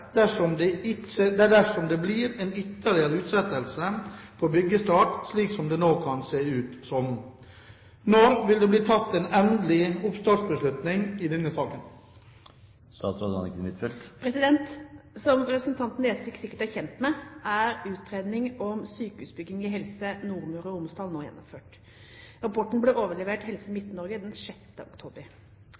dersom det blir en ytterligere utsettelse på byggestart slik det nå kan se ut som. Når vil det bli tatt en endelig oppstartsbeslutning i denne saken?» Som representanten Nesvik sikkert er kjent med, er utredning om sykehusbygging i Helse Nordmøre og Romsdal nå gjennomført. Rapporten ble overlevert Helse Midt-Norge den 6. oktober.